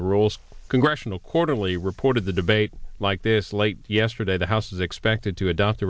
the rules congressional quarterly report of the debate like this late yesterday the house is expected to adopt